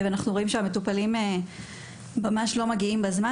אנחנו רואים גם שהמטופלים לא מגיעים בזמן.